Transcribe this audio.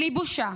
בלי בושה.